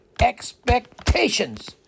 expectations